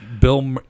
Bill